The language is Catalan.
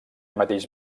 mateix